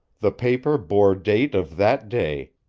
the paper bore date of that day,